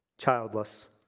childless